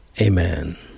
Amen